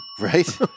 right